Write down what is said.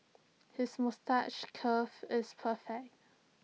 his moustache curve is perfect